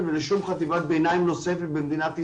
ולשום חטיבת ביניים נוספת במדינת ישראל.